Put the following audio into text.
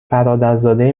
برادرزاده